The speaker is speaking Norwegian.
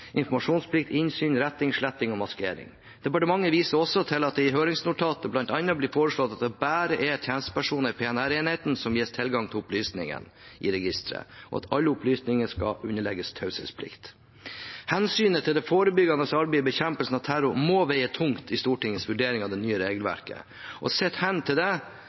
informasjonsplikt, innsyn, retting, sletting og maskering. Departementet viser til at det i høringsnotatet blant annet ble foreslått at det bare er tjenestepersonene i PNR-enheten som gis tilgang til opplysningene i registeret, og at alle opplysningene skal underlegges taushetsplikt.» Hensynet til det forebyggende arbeidet og bekjempelsen av terror må veie tungt i Stortingets vurdering av det nye regelverket, og sett hen til det